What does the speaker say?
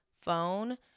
phone